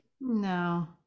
no